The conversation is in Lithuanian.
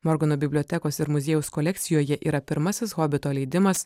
morgano bibliotekos ir muziejaus kolekcijoje yra pirmasis hobito leidimas